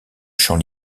chant